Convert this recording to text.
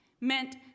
meant